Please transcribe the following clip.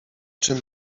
czym